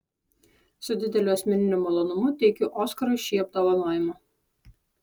su dideliu asmeniniu malonumu teikiu oskarui šį apdovanojimą